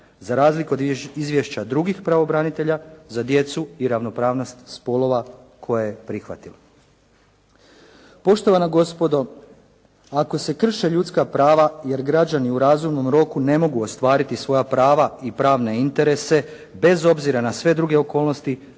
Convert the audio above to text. za razliku od izvješća drugih pravobranitelja za djecu i ravnopravnost spolova koje je prihvatilo. Poštovana gospodo ako se krše ljudska prava jer građani u razumnom roku ne mogu ostvariti svoja prava i pravne interese bez obzira na sve druge okolnosti